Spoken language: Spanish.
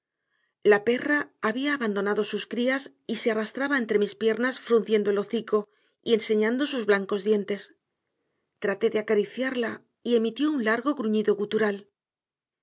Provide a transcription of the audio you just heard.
la perra había abandonado a sus crías y se arrastraba entre mis piernas frunciendo el hocico y enseñando sus blancos dientes traté de acariciarla y emitió un largo gruñido gutural